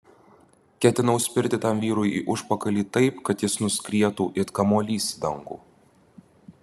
ketinau spirti tam vyrui į užpakalį taip kad jis nuskrietų it kamuolys į dangų